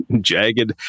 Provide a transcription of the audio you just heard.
jagged